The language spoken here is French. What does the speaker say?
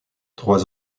trois